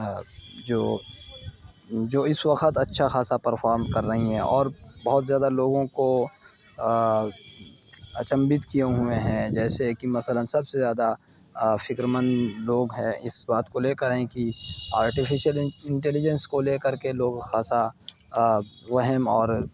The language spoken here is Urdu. جو جو اس وقت اچھا خاصا پرفارم کر رہی ہیں اور بہت زیادہ لوگوں کو اچنبھت کیے ہوئے ہیں جیسے کہ مثلاً سب سے زیادہ فکر مند لوگ ہیں اس بات کو لے کر ہیں کہ آرٹیفیشئل انٹلیجنس کو لے کر کے لوگوں کو خاصا وہم اور